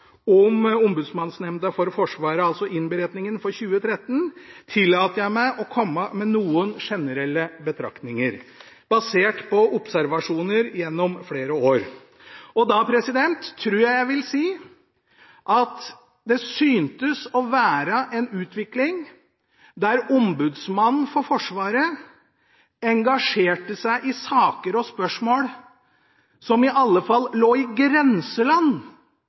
om Ombudsmannsnemnda for Forsvaret, altså innberetningen for 2013, tillater jeg meg å komme med noen generelle betraktninger basert på observasjoner gjennom flere år. Da tror jeg jeg vil si at det syntes å være en utvikling der Ombudsmannen for Forsvaret engasjerte seg i saker og spørsmål som i alle fall lå i grenseland